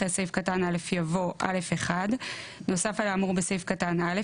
אחרי סעיף קטן (א) יבוא: "(א1) נוסף על האמור בסעיף קטן (א),